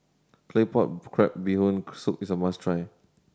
Claypot Crab Bee Hoon Soup is a must try